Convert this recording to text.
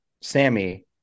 Sammy